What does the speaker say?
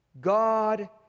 God